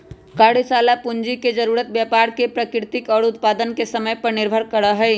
कार्यशाला पूंजी के जरूरत व्यापार के प्रकृति और उत्पादन के समय पर निर्भर करा हई